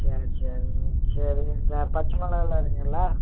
சரி சரிங்க சரிங்க பச்சை மிளகாலாம் இருக்குங்களா